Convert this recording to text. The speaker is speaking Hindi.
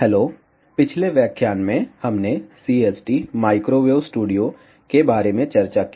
हैलो पिछले व्याख्यान में हमने CST माइक्रोवेव स्टूडियो के बारे में चर्चा की